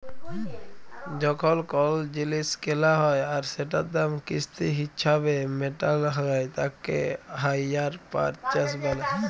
যখল কল জিলিস কেলা হ্যয় আর সেটার দাম কিস্তি হিছাবে মেটাল হ্য়য় তাকে হাইয়ার পারচেস ব্যলে